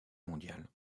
mondiale